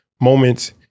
moments